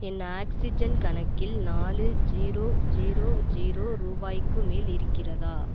என் ஆக்ஸிஜன் கணக்கில் நாலு ஜீரோ ஜீரோ ஜீரோ ரூபாய்க்கு மேல் இருக்கிறதா